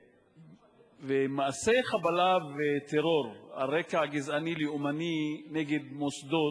מעשי חבלה וטרור על רקע גזעני-לאומי נגד מוסדות,